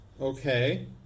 Okay